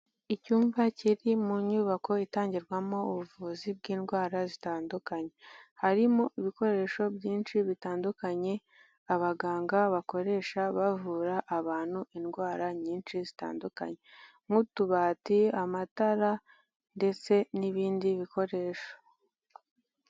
Icyumba kiri mu nyubako itangirwamo ubuvuzi bw'indwara zitandukanye, harimo ibikoresho byinshi bitandukanye abaganga bakoresha bavura abantu indwara nyinshi zitandukanye, nk'utubati, amatara ndetse n'ibindi bikoresho.